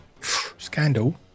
scandal